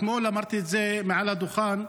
אתמול אמרתי את זה מעל הדוכן.